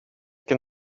can